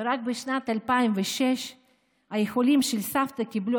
ורק בשנת 2006 האיחולים של סבתא קיבלו